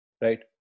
Right